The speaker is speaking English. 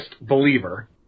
Believer